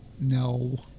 No